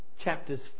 chapters